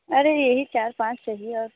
अरे ये ही चार पाँच चाहिए और